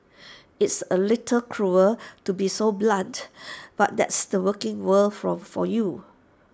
it's A little cruel to be so blunt but that's the working world from for you